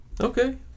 Okay